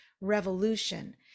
revolution